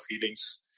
feelings